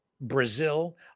Brazil